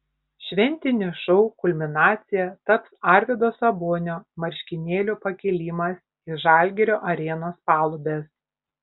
šventinio šou kulminacija taps arvydo sabonio marškinėlių pakėlimas į žalgirio arenos palubes